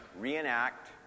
reenact